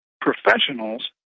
professionals